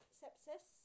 sepsis